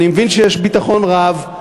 אני מבין שיש ביטחון רב,